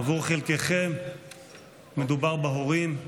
עבור חלקכם מדובר בהורים,